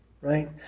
right